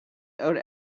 owed